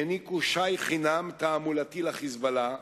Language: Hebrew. העניקו שי חינם תעמולתי ל"חיזבאללה",